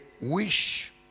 wish